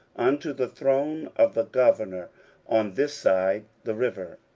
unto the throne of the governor on this side the river.